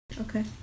Okay